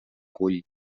cull